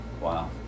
Wow